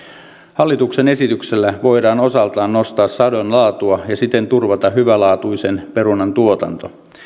hallituksen esityksellä voidaan osaltaan nostaa sadon laatua ja siten turvata hyvälaatuisen perunan tuotanto